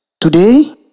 Today